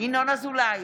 ינון אזולאי,